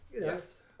Yes